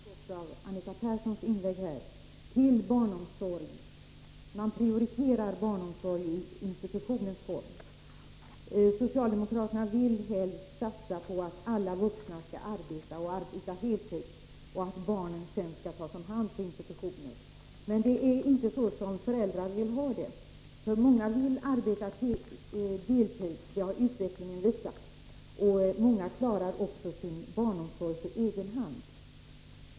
Fru talman! Socialdemokraterna styr pengarna till barnomsorgen ensidigt. Detta framgick också av Anita Perssons inlägg. Man prioriterar barnomsorg i institutionens form. Socialdemokraterna vill helst satsa på att alla vuxna skall arbeta och arbeta heltid och att barnen sedan skall tas om hand på institutioner. Men det är inte så föräldrarna vill ha det. Många vill arbeta deltid, det har utvecklingen visat, och många klarar också sin barnomsorg på egen hand.